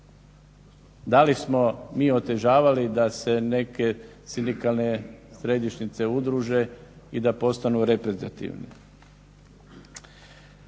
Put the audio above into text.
Da li smo mi otežavali da se neke sindikalne središnjice udruže i da postanu reprezentativne?